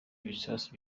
ibisasu